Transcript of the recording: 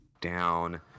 down